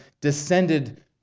descended